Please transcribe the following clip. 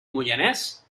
moianès